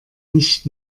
nicht